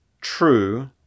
true